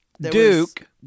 Duke